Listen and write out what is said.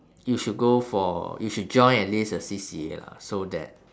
you should go for you should join at least a C_C_A lah so that